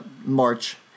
March